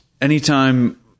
anytime